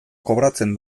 kobratzen